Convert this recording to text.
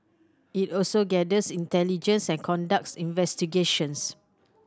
it also gathers intelligence and conducts investigations